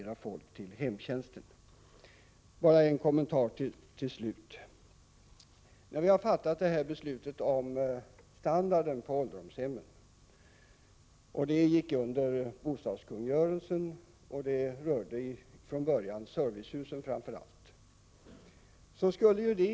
Jag vill till slut göra en kommentar: Det beslut som vi har fattat om standarden på ålderdomshemmen faller under bostadskungörelsen. Det beslutet berörde från början framför allt servicehusen.